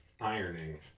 ironing